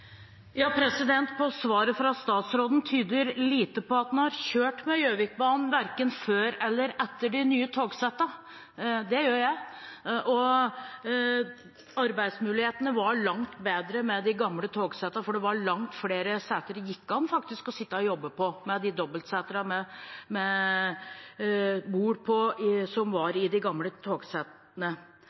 svaret fra statsråden tyder lite på at han har kjørt med Gjøvikbanen, verken før eller etter de nye togsettene. Det gjør jeg, og arbeidsmulighetene var langt bedre med de gamle togsettene fordi det var langt flere seter det gikk an å sitte og jobbe på – dobbeltseter med bord – i de